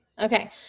Okay